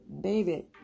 baby